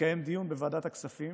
התקיים דיון בוועדת הכספים,